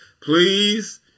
please